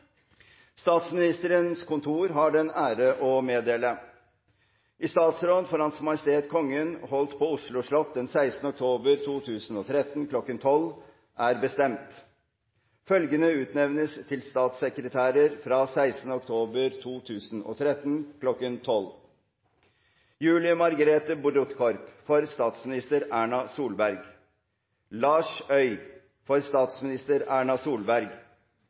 kontor har den ære å meddele: I statsråd for H.M. Kongen holdt på Oslo slott 16. oktober 2013 kl. 1200 er bestemt: Følgende utnevnes til statssekretærer fra 16. oktober 2013 kl. 1200: Julie Margrethe Brodtkorp, for statsminister Erna Solberg Lars Øy, for statsminister Erna Solberg Sigbjørn Aanes, for statsminister Erna Solberg Fredrik Färber, for statsminister Erna Solberg